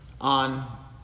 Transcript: on